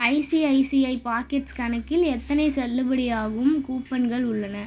ICICI pockets கணக்கில் எத்தனை செல்லுபடியாகும் கூப்பன்கள் உள்ளன